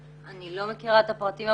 אני לא מכירה את הפרטים.